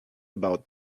about